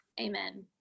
Amen